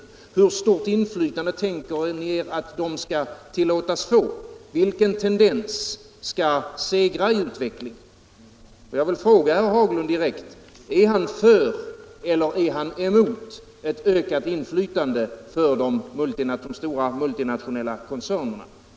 Hur stort inflytande tänker ni er att de skall tillåtas få? Vilken tendens skall segra i utvecklingen? Jag vill fråga herr Haglund direkt: Är herr Haglund för eller emot ett ökat inflytande för de stora multinationella koncernerna?